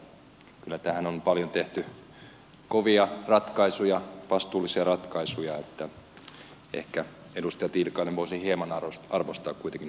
kyllä tähän on paljon tehty kovia ratkaisuja vastuullisia ratkaisuja että ehkä edustaja tiilikainen voisi hieman arvostaa kuitenkin hallituksen tekemiä töitä